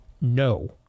No